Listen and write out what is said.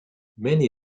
many